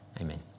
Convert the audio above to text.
Amen